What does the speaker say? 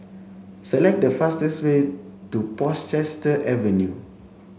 select the fastest way to Portchester Avenue